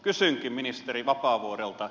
kysynkin ministeri vapaavuorelta